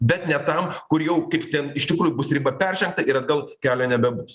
bet ne tam kur jau kaip ten iš tikrųjų bus riba peržengta ir atgal kelio nebebus